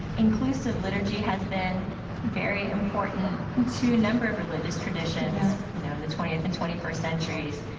inclusive liturgy has been very important to a number of religious traditions, you know, in the twentieth and twenty first centuries.